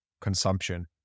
consumption